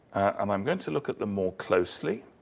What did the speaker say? um i'm going to look at them more closely.